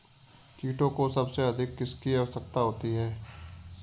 कीटों को सबसे अधिक किसकी आवश्यकता होती है?